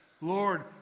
Lord